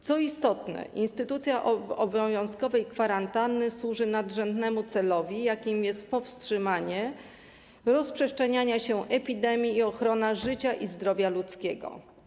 Co istotne, instytucja obowiązkowej kwarantanny służy nadrzędnemu celowi, jakim jest powstrzymanie rozprzestrzeniania się epidemii i ochrona życia i zdrowia ludzkiego.